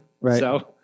Right